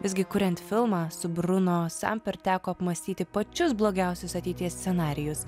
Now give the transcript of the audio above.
visgi kuriant filmą su bruno samper teko apmąstyti pačius blogiausius ateities scenarijus